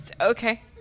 Okay